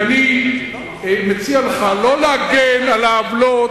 אני מציע לך לא להגן על העוולות.